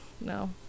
no